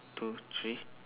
two three